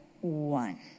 one